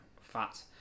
fat